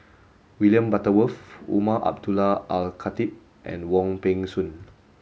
William Butterworth Umar Abdullah Al Khatib and Wong Peng Soon